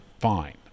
fine